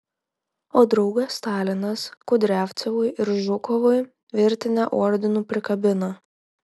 o draugas stalinas kudriavcevui ir žukovui virtinę ordinų prikabina